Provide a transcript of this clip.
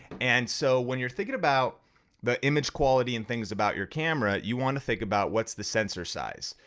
and so when you're thinking about the image quality and things about your camera, you wanna think about what's the sensor size.